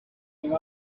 came